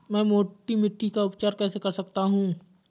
मैं मोटी मिट्टी का उपचार कैसे कर सकता हूँ?